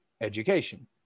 education